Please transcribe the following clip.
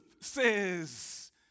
says